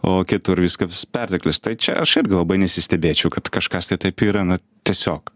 o kitur viskas perteklius tai čia aš irgi labai nesistebėčiau kad kažkas tai taip yra na tiesiog